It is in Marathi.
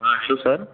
हां हॅलो सर